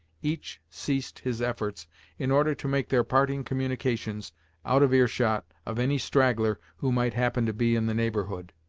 each ceased his efforts in order to make their parting communications out of earshot of any straggler who might happen to be in the neighborhood.